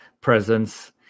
presence